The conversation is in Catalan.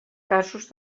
casos